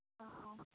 ആ ഹ